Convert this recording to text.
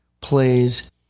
plays